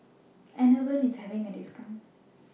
Enervon IS having A discount